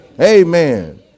Amen